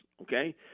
okay